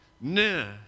no